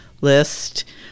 List